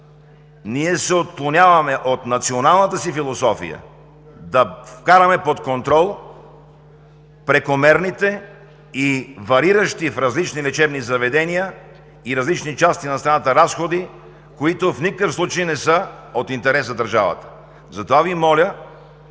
ние се отклоняваме от националната си философия да вкараме под контрол прекомерните и вариращи в различни лечебни заведения и различни части на страната разходи, които в никакъв случай не са от интерес за държавата. Затова Ви моля